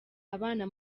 abana